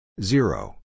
Zero